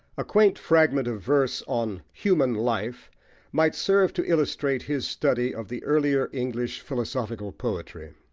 a quaint fragment of verse on human life might serve to illustrate his study of the earlier english philosophical poetry.